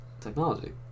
technology